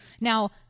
Now